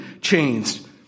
changed